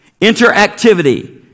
interactivity